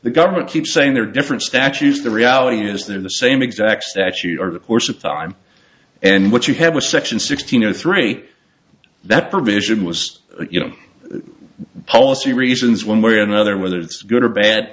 the government keeps saying they're different statues the reality is they're the same exact statute or the course of time and what you have a section sixteen or three that provision was you know policy reasons one way or another whether it's good or bad